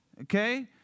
okay